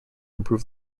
improve